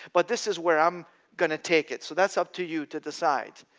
but this is where i'm going to take it, so that's up to you to decide.